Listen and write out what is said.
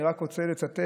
אני רק רוצה לצטט,